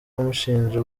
amushinja